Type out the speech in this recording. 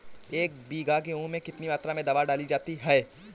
एक बीघा गेहूँ में कितनी मात्रा में दवा डाली जा सकती है?